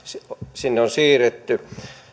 sinne on siirretty